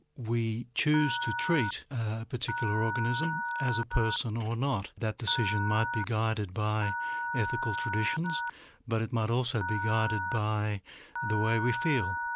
we choose to treat a particular organism as a person or not, that decision might be guided by ethical traditions but it might also be guided by the way we feel,